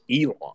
elon